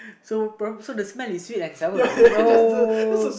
so so the smell is sweet and sour oh